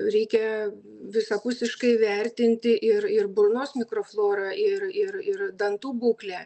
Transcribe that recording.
reikia visapusiškai įvertinti ir ir burnos mikroflorą ir ir ir dantų būklę